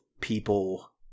people